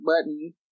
button